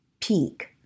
peak